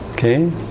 Okay